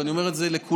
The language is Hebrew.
ואני אומר את זה לכולנו,